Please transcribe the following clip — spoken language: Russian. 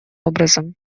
образом